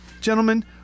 gentlemen